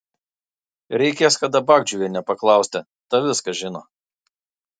reikės kada bagdžiuvienę paklausti ta viską žino